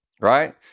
right